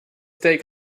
take